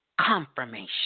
Confirmation